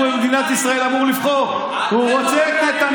על זה לא מתחרים.